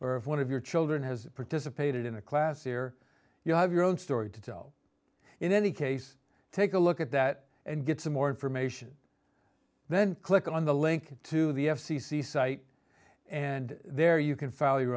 of one of your children has participated in a class where you have your own story to tell in any case take a look at that and get some more information then click on the link to the f c c site and there you can file your